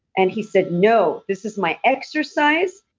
and he said, no. this is my exercise,